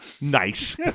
Nice